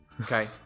Okay